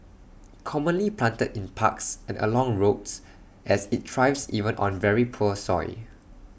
commonly planted in parks and along roads as IT thrives even on very poor soils